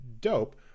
dope